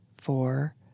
four